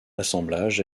assemblage